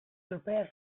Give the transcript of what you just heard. prepare